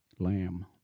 lamb